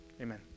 Amen